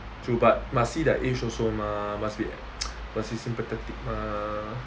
true but but must see their age also mah must be must be sympathetic mah